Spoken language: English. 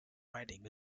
riding